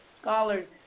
scholars